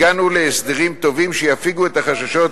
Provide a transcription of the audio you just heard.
הגענו להסדרים טובים שיפיגו את החששות,